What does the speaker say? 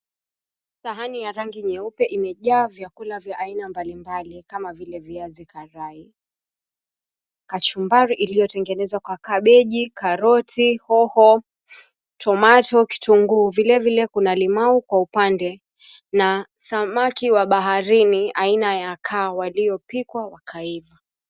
Sahani ya rangi nyeupe imejaa vyakula vya aina mbali mbali kama vile viazi karai, kachumbari iliyotengenezwa kwa kabeji, karoti, hoho, tomato , kitunguu. Vilevile kuna karoti upande na samaki wa baharini aina ya kaa waliopikwa wakaiva.